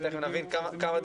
ותכף נבין כמה דיווחו.